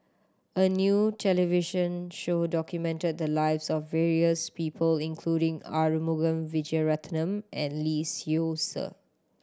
a new television show documented the lives of various people including Arumugam Vijiaratnam and Lee Seow Ser